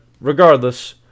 regardless